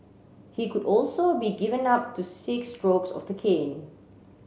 he could also be given up to six strokes of the cane